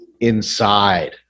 inside